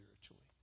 spiritually